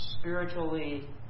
Spiritually